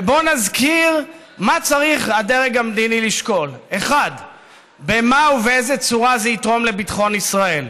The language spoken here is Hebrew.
ובוא נזכיר מה צריך הדרג המדיני לשקול: 1. במה ובאיזו צורה זה יתרום לביטחון ישראל,